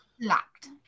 locked